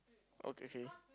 okay okay